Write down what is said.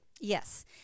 Yes